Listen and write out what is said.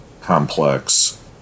complex